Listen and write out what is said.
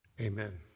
amen